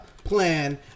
plan